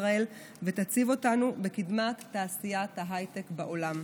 ישראל ותציב אותנו בקדמת תעשיית ההייטק בעולם.